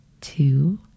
two